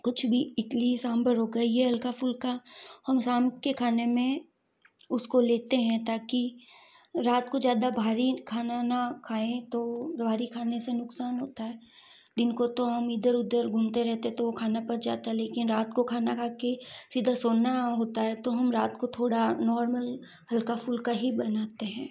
कुछ भी इडली सांभर हो गए ये हल्का फुल्का हम शाम के खाने में उसको लेते हैं ताकि रात को ज़्यादा भारी खाना ना खाएँ तो भारी खाने से नुक़सान होता है दिन को तो हम इधर उधर घूमते रहते तो खाना पच जाता लेकिन रात को खाना खाकर सीधा सोना होता है तो हम रात को थोड़ा नार्मल हल्का फुल्का ही बनाते हैं